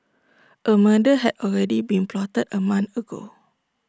A murder had already been plotted A month ago